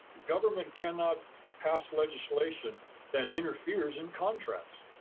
the government cannot pass legislation that interferes in contracts.